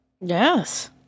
Yes